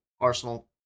Arsenal